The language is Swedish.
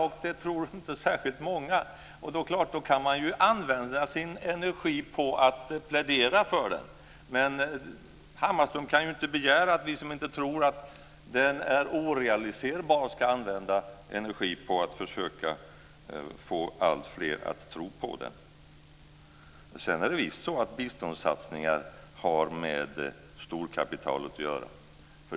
Och det tror inte särskilt många andra heller. Man kan förstås använda sin energi till att plädera för den, men Hammarström kan inte begära att vi som inte tror att den är realiserbar ska använda energi till att försöka få alltfler att tro på den. Biståndssatsningar har visst med storkapitalet att göra.